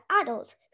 adults